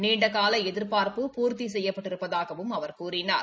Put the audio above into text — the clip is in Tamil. நீண்டகால எதிர்பார்ப்பு பூர்த்தி செய்யப்பட்டிருப்பதாகவும் அவர் கூறினார்